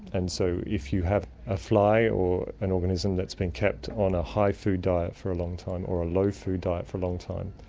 and so if you have a fly or an organism that's been kept on a high food diet for a long time or a low food diet for a long time,